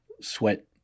sweat